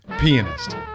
Pianist